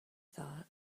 thought